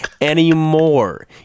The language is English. anymore